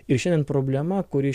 ir šiandien problema kuri